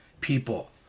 people